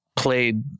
played